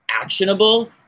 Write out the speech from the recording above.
actionable